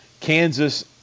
Kansas